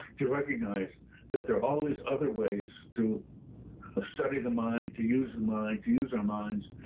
to recognize that there are all these other ways to study the mind, to use the mind to use our minds,